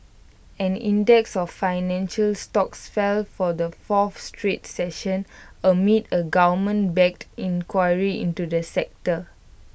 an index of financial stocks fell for the fourth straight session amid A government backed inquiry into the sector